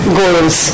goals